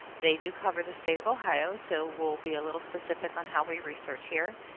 they do cover the state of ohio so we'll be a little specific on how we research here.